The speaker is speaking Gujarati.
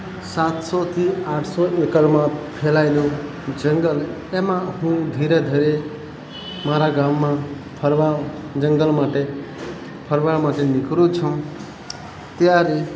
સાતસોથી આઠસો એકરમાં ફેલાયેલું જંગલ એમાં હું ધીરે ધીરે મારા ગામમાં ફરવા જંગલ માટે ફરવા માટે નીકળું છું ત્યારે